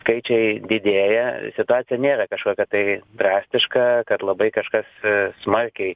skaičiai didėja situacija nėra kažkokia tai drastiška kad labai kažkas smarkiai